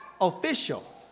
official